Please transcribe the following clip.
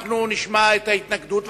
אנחנו נשמע את ההתנגדות,